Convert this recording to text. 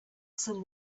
some